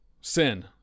sin